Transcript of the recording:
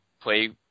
play